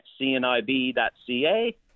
cnib.ca